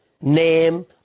name